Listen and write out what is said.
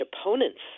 opponents